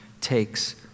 takes